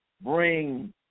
bring